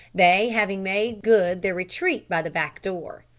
they having made good their retreat by the back-door.